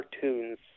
cartoons